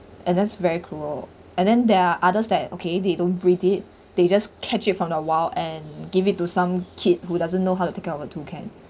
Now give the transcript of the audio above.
and that's very cruel and then there are others that okay they don't breed it they just catch it from the wild and and give it to some kid who doesn't know how to take care of a toucan